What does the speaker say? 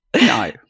no